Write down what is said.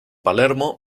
palermo